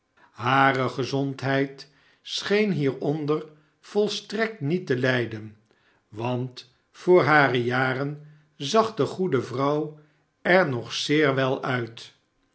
hare gezondheid scheen hieronder volstrekt niet te lijden want voor hare jaren zag de goede vrouw er nog zeer wel uit